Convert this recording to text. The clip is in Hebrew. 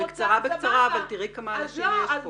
תראי כמה אנשים נמצאים כאן.